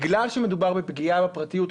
בגלל שמדובר בפגיעה בפרטיות,